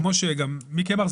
כמו שגם מיקי אמר,